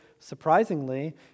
surprisingly